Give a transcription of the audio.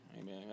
Amen